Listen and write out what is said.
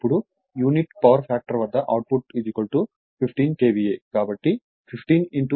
ఇప్పుడు unity power factor వద్ద output 15 K VA